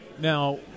Now